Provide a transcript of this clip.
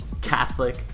Catholic